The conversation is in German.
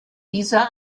dieser